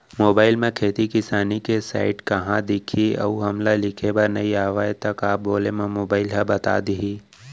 Mobile म खेती किसानी के साइट कहाँ दिखही अऊ हमला लिखेबर नई आय त का बोले म मोबाइल ह बता दिही?